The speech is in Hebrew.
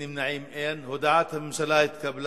הודעת הממשלה על